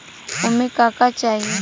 ओमन का का चाही?